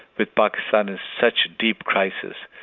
with pakistan in such deep crisis.